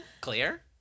clear